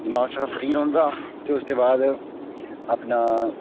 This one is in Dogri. दिमाग साढ़ा फ्री रौंहदा ते उसदे बाद अपना